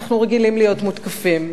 אנחנו רגילים להיות מותקפים.